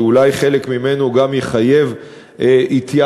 שאולי חלק ממנו יחייב התייעלות,